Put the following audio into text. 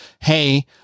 hey